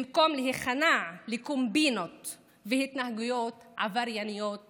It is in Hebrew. במקום להיכנע לקומבינות והתנהגויות עברייניות